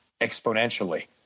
exponentially